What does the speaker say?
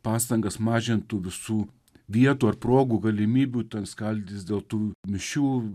pastangas mažint tų visų vietų ar progų galimybių ten skaldytis dėl tų mišių